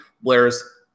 Blair's